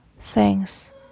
thanks